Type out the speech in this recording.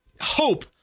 hope